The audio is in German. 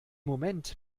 moment